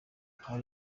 hari